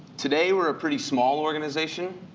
today, we're a pretty small organization.